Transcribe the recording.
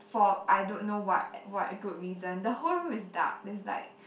for I don't know what what good reason the whole room is dark there's like